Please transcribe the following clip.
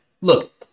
Look